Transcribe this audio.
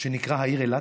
שנקרא העיר אילת.